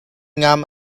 ngam